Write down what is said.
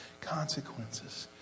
consequences